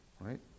Right